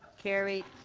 carried.